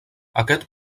aquest